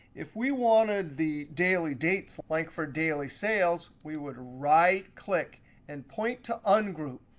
if we wanted the daily dates like for daily sales, we would right click and point to ungroup.